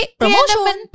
promotion